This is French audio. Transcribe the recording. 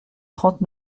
trente